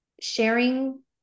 Sharing